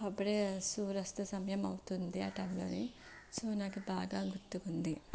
అప్పుడే సూర్యాస్త సమయం అవుతుంది ఆ టైంలోనే సో నాకు బాగా గుర్తుకు ఉంది